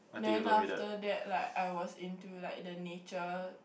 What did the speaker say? then after that like I was into like the nature